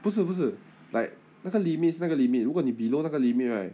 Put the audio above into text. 不是不是 like 那个 limit 是那个 limit 如果你 below 那个 limit right